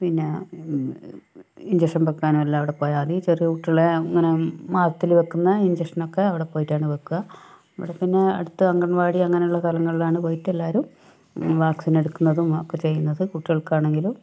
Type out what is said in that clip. പിന്നെ ഇൻജെക്ഷൻ വെയ്ക്കാനും എല്ലാം അവിടെ പോയാൽ മതി ചെറിയ കുട്ടികളെ അങ്ങനെ മാസത്തിൽ വെക്കുന്ന ഇൻജെക്ഷൻ ഒക്കെ അവിടെ പോയിട്ടാണ് വെക്കുക ഇവിടെ പിന്നെ അടുത്ത് അംഗൻവാടി അങ്ങനെയുള്ള സ്ഥലങ്ങളിലാണ് പോയിട്ട് എല്ലാവരും വാക്സിൻ എടുക്കുന്നതും ഒക്കെ ചെയ്യുന്നത് കുട്ടികൾക്കാണെങ്കിലും